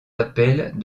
appels